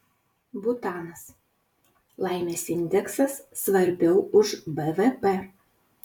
butanas laimės indeksas svarbiau už bvp